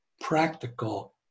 practical